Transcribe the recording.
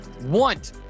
want